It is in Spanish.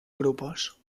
grupos